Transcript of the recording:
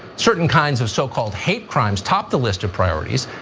certain kinds of so-called hate crimes top the list of priorities.